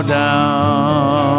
down